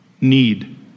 need